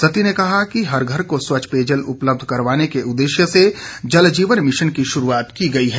सत्ती ने कहा कि हर घर को स्वच्छ पेयजल उपलब्ध करवाने के उद्देश्य से जल जीवन मिशन की शुरुआत की गई है